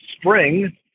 spring